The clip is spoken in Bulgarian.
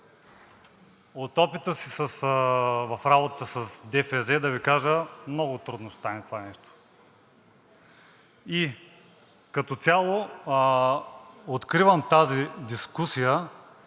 От опита си в работата с ДФЗ да Ви кажа много трудно ще стане това нещо. И като цяло откривам тази дискусия,